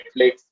netflix